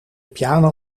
piano